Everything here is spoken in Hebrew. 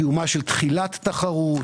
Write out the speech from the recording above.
קיומה של תחילת תחרות,